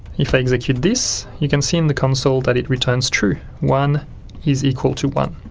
if i execute this, you can see in the console that it returns true one is equal to one.